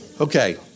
Okay